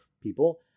people